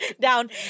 down